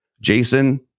Jason